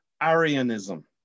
Arianism